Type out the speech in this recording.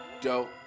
Dope